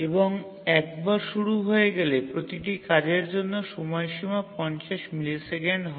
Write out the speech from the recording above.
এবং একবার শুরু হয়ে গেলে প্রতিটি কাজের জন্য সময়সীমা ৫০ মিলিসেকেন্ড হয়